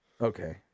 Okay